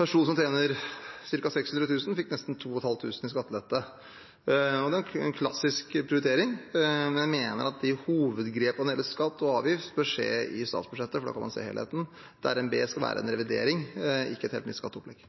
person som tjener ca. 600 000 kr, fikk nesten 2 500 kr i skattelette. Det er en klassisk prioritering. Vi mener at hovedgrepene når det gjelder skatt og avgift, bør skje i statsbudsjettet, for da kan man se helheten. Revidert nasjonalbudsjett skal være en revidering, ikke et teknisk skatteopplegg.